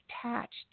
attached